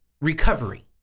recovery